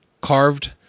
carved